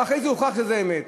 ואחרי זה הוכח שזה אמת.